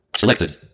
Selected